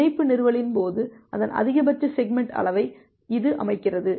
இணைப்பு நிறுவலின் போது அதன் அதிகபட்ச செக்மெண்ட் அளவை இது அமைக்கிறது